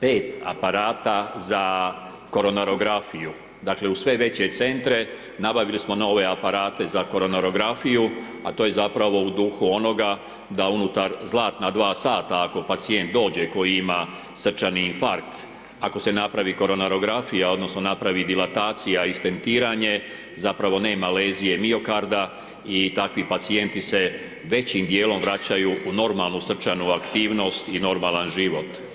5 aparata za koronarografiju, dakle u sve veće centre nabavili smo nove aparate za koronarografiju, a to je zapravo u duhu onoga da unutar zlatna dva sata ako pacijent dođe koji ima srčani infarkt, ako se napravi koronarografija odnosno napravili dilatacija i stentiranje zapravo nema lezije miokarda i takvi pacijenti se većim dijelom vraćaju u normalnu srčanu aktivnost i normalan život.